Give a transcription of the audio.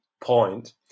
point